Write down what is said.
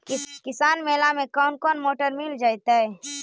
किसान मेला में कोन कोन मोटर मिल जैतै?